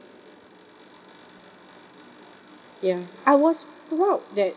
ya I was that